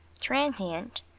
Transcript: transient